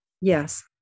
Yes